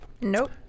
Nope